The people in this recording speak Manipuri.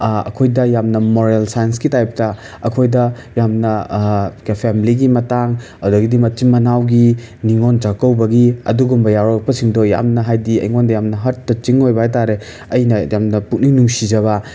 ꯑꯩꯈꯣꯏꯗ ꯌꯥꯝꯅ ꯃꯣꯔꯦꯜ ꯁꯥꯏꯟꯁꯀꯤ ꯇꯥꯏꯞꯇ ꯑꯩꯈꯣꯏꯗ ꯌꯥꯝꯅ ꯐꯣꯝꯂꯤꯒꯤ ꯃꯇꯥꯡ ꯑꯗꯒꯤꯗꯤ ꯃꯆꯤꯟ ꯃꯅꯥꯎꯒꯤ ꯅꯤꯡꯉꯣꯟ ꯆꯥꯀꯧꯕꯒꯤ ꯑꯗꯨꯒꯨꯝꯕ ꯌꯥꯎꯔꯛꯄꯁꯤꯡꯗꯣ ꯌꯥꯝꯅ ꯍꯥꯏꯗꯤ ꯑꯩꯉꯣꯟꯗ ꯌꯥꯝꯅ ꯍꯥꯔꯠ ꯇꯆꯤꯡ ꯑꯣꯏꯕ ꯍꯥꯏꯇꯔꯦ ꯑꯩꯅ ꯌꯥꯝꯅ ꯄꯨꯛꯅꯤꯡ ꯅꯨꯡꯁꯤꯖꯕ